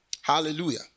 Hallelujah